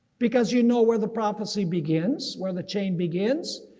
because you know where the prophecy begins, where the chain begins,